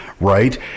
right